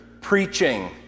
preaching